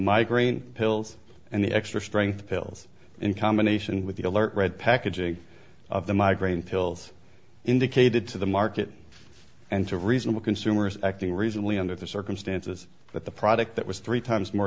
migraine pills and the extra strength pills in combination with the alert red packaging of the migraine pills indicated to the market and to reasonable consumers acting reasonably under the circumstances that the product that was three times more